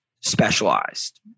specialized